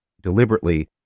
deliberately